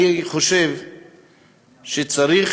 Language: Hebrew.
אני חושב שצריך